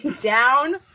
down